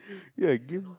ya against